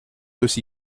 aussi